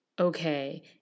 okay